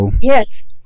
Yes